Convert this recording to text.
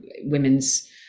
women's